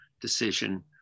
decision